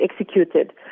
executed